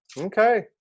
Okay